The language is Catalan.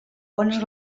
bones